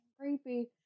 creepy